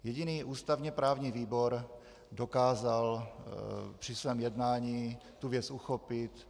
Jediný ústavněprávní výbor dokázal při svém jednání tu věc uchopit.